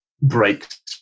breaks